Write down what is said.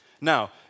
Now